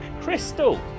Crystal